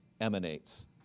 emanates